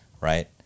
Right